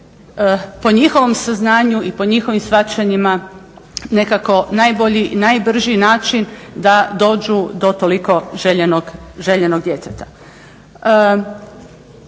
po njihovom saznanju i po njihovim shvaćanjima nekako najbolji, najbrži način da dođu do toliko željenog djeteta.